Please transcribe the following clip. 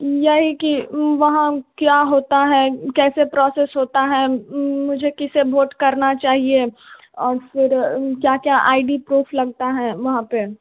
यही कि वहाँ क्या होता है कैसे प्रोसेस होता है मुझे किसे वोट करना चाहिए और फ़िर क्या क्या आई़ डी प्रूफ़ लगता है वहाँ पर